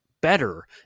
better